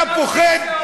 אתה פוחד,